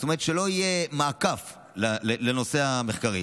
זאת אומרת שלא יהיה מעקף לנושא המחקרי.